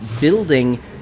building